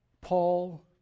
Paul